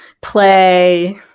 play